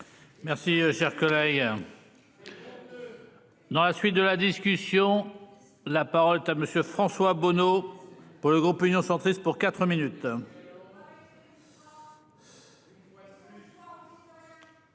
Merci cher collègue. Dans la suite de la discussion. La parole est à monsieur François Bonneau. Pour le groupe Union centriste pour 4 minutes.